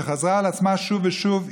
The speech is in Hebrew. שחזרה על עצמה שוב ושוב,